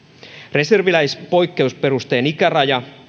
reserviläispoikkeusperusteen ikäraja